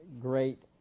great